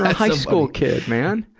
high school kid, man.